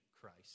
Christ